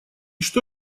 что